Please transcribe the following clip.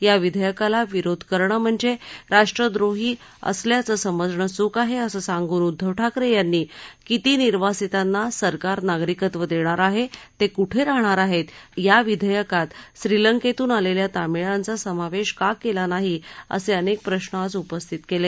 या विधेयकाला विरोध करणं म्हणजे राष्ट्रद्रोही असल्याचं समजणं चूक आहे असं सांगून उद्दव ठाकरे यांनी किती निर्वासिताना सरकार नागरिकत्व देणार आहे ते कुठे राहणार आहेत या विधेयकात श्रीलंकेतून आलेल्या तामिळांचा समावेश का केला नाही असे अनेक प्रश्न आज उपस्थित केले